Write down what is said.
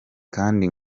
kandi